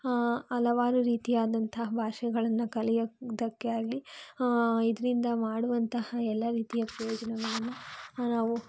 ಹಲವಾರು ರೀತಿಯಾದಂತಹ ಭಾಷೆಗಳನ್ನು ಕಲಿಯುವುದಕ್ಕೆ ಆಗಲಿ ಇದರಿಂದ ಮಾಡುವಂತಹ ಎಲ್ಲ ರೀತಿಯ ಪ್ರಯೋಜನಗಳನ್ನು ನಾವು